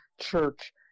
church